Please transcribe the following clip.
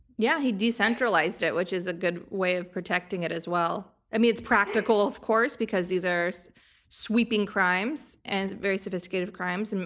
yeah. he decentralized it, which is a good way of protecting it as well. i mean it's practical, of course, because these are so sweeping crimes, and very sophisticated crimes. and